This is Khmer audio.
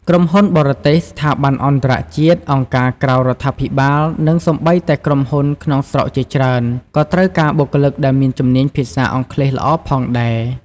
ក្រុមហ៊ុនបរទេស ស្ថាប័នអន្តរជាតិ អង្គការក្រៅរដ្ឋាភិបាល និងសូម្បីតែក្រុមហ៊ុនក្នុងស្រុកជាច្រើនក៏ត្រូវការបុគ្គលិកដែលមានជំនាញភាសាអង់គ្លេសល្អផងដែរ។